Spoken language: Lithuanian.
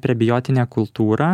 prebiotinę kultūrą